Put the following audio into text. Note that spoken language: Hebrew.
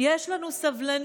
יש לנו סבלנות.